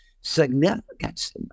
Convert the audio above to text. significance